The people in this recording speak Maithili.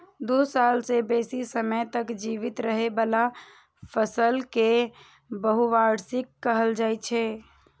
दू साल सं बेसी समय तक जीवित रहै बला फसल कें बहुवार्षिक कहल जाइ छै